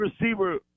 receiver